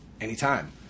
anytime